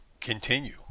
continue